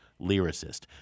lyricist